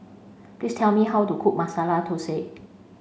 please tell me how to cook Masala Thosai